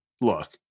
look